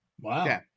Wow